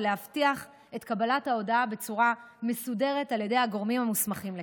ולהבטיח את קבלת ההודעה בצורה מסודרת על ידי הגורמים המוסמכים לכך.